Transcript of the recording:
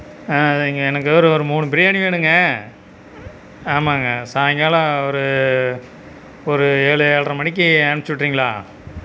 இங்கே எனக்கு ஒரு மூணு பிரியாணி வேணுங்க ஆமாங்க சாய்ங்காலம் ஒரு ஒரு ஏழு ஏழர மணிக்கு அமுச்சிவிட்ரீங்ளா